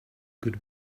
good